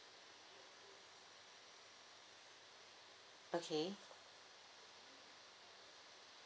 okay